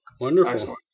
Wonderful